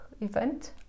event